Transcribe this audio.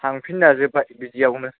थांफिन जाजोबबाय बिदियावनो